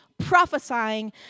Prophesying